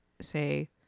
say